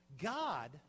God